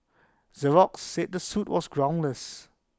Xerox said the suit was groundless